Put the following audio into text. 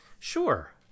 Sure